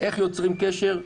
איך יוצרים קשר,